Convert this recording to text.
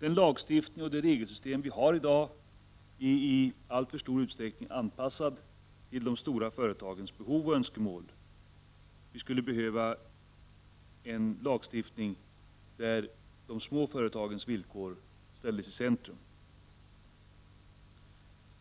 Den lagstiftning och det regelsystem vi i dag har är i alltför stor utsträckning anpassade till de stora företagens behov och önskemål. Det skulle behövas en lagstiftning där de små företagens villkor sattes i centrum.